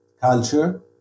culture